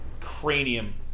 cranium